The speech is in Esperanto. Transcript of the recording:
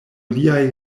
liaj